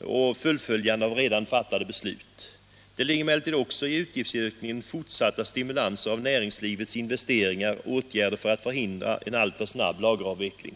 och fullföljande av redan fattade beslut. Det ligger emellertid också i utgiftsökningen fortsatta stimulanser av näringslivets investeringar och åtgärder för att förhindra en alltför snabb lageravveckling.